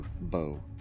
bow